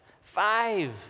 Five